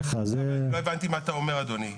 לא הבנתי מה אתה אומר, אדוני.